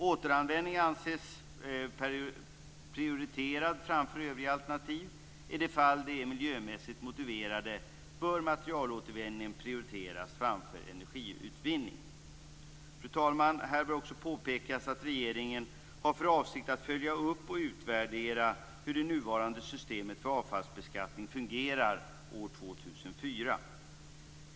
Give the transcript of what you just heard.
Återanvändning anses prioriterad framför övriga alternativ. I de fall det är miljömässigt motiverat bör materialåtervinningen prioriteras framför energiutvinning. Fru talman! Här bör också påpekas att regeringen har för avsikt att följa upp och utvärdera hur det nuvarande systemet för avfallsbeskattning fungerar år 2004.